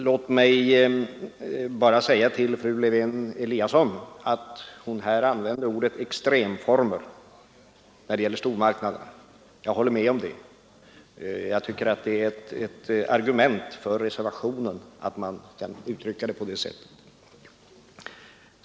Låt mig bara säga till fru Lewén-Eliasson att hon använde ordet extremform för stormarknaderna. Jag håller med om det, och jag tycker att det är ett argument för reservationen att man kan uttrycka saken på det sättet.